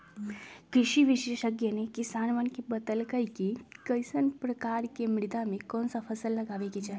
कृषि विशेषज्ञ ने किसानवन के बतल कई कि कईसन प्रकार के मृदा में कौन सा फसल लगावे के चाहि